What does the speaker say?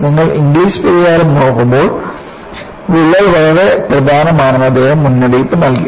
നിങ്ങൾ ഇംഗ്ലിസ് പരിഹാരം നോക്കുമ്പോൾ വിള്ളൽ വളരെ പ്രധാനമാണെന്ന് അദ്ദേഹം മുന്നറിയിപ്പ് നൽകി